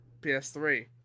PS3